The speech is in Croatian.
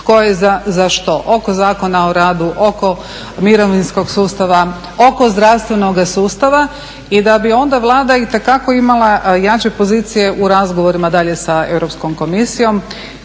Tko je za što, oko Zakona o radu, oko mirovinskog sustava, oko zdravstvenoga sustava i da bi onda Vlada itekako imala jače pozicije u razgovorima dalje sa Europskom komisijom.